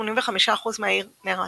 כ-85% מהעיר נהרס,